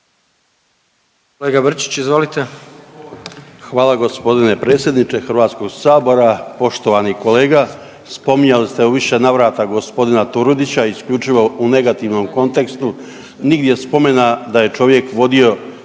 Hvala gospodine predsjedniče Hrvatskog sabora. Poštovani kolega spominjali se u više navrata gospodina Turudića isključivo u negativnom kontekstu. Nigdje spomena da je čovjek vodio